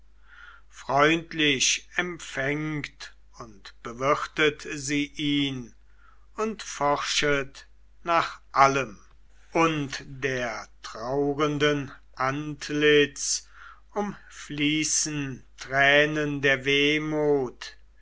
freundlich empfängt und bewirtet sie ihn und forschet nach allem und der trauernden antlitz umfließen tränen der wehmut